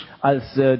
Als